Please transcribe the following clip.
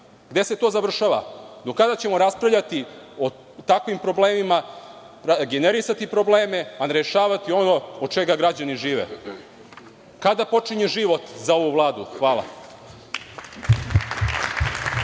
Gde se to završava? Do kada ćemo raspravljati o takvim problemima, generisati probleme a ne rešavati ono od čega građani žive? Kada počinje život za ovu vladu? Hvala.